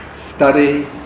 study